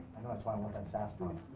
that's why i want that saas product.